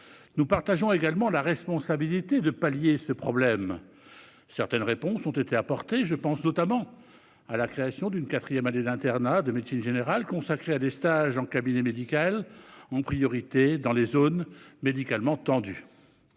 nous partageons également la responsabilité de résoudre ce problème. Certaines réponses ont été apportées. Je pense notamment à la création d'une quatrième année d'internat de médecine générale, consacrée à des stages en cabinet médical, en priorité dans les zones médicalement tendues.